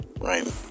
right